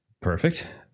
Perfect